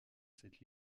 cette